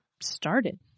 started